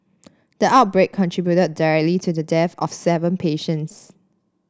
the outbreak contributed directly to the death of seven patients